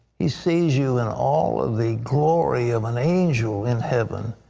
he sees you in all of the glory of an angel in heaven.